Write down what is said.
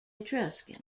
etruscans